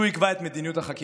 שהוא יקבע את מדיניות החקירות,